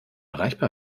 erreichbar